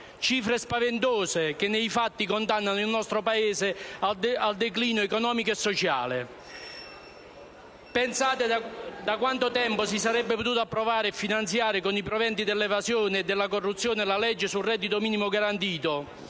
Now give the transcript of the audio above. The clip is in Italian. cifre spaventose che, nei fatti, condannano il nostro Paese al declino economico e sociale. Pensate da quanto tempo si sarebbe potuta approvare e finanziare, con i proventi dell'evasione e della corruzione, la legge sul reddito minimo garantito,